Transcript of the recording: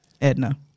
Edna